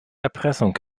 erpressung